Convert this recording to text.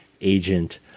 agent